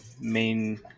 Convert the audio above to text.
main